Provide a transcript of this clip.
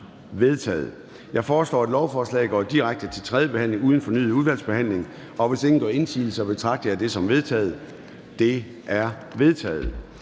Jeg foreslår, at lovforslaget går direkte til tredje behandling uden fornyet udvalgsbehandling. Hvis ingen gør indsigelse, betragter jeg dette som vedtaget. Det er vedtaget.